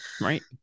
right